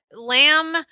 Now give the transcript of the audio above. lamb